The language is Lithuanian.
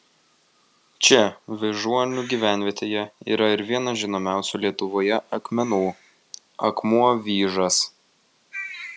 čia vyžuonų gyvenvietėje yra ir vienas žinomiausių lietuvoje akmenų akmuo vyžas